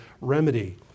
remedy